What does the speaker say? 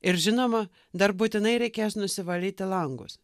ir žinoma dar būtinai reikės nusivalyti langus